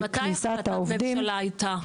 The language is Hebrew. כניסה העובדים- -- מתי החלטת ממשלה הייתה?